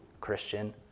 Christian